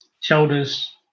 shoulders